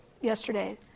yesterday